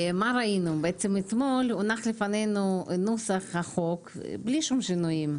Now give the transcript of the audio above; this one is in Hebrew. אתמול הונח בפנינו נוסח החוק בלי שינויים.